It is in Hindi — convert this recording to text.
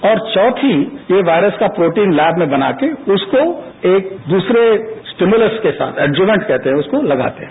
और चौथी यह वॉयरस का प्रोटीन लैब में बना के उसको एक दूसरे स्टीम्यूलस के साथ एड्ज्यूमेन्ट कहते हैं उसको लगाते हैं